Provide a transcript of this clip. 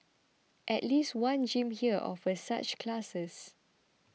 at least one gym here offers such classes